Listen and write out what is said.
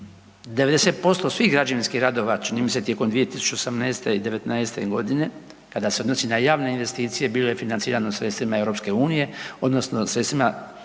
90% svih građevinskih radova čini mi se tijekom 2018. i '19. godine kada se odnosi na javne investicije bilo je financirano sredstvima EU odnosno sredstvima